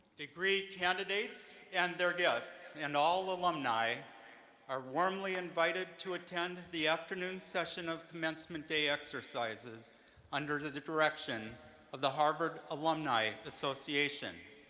degree candidates and their guests and all alumni are warmly invited to attend the afternoon session of commencement day exercises under the direction of the harvard alumni association.